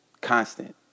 constant